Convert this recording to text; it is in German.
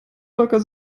volker